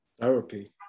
Therapy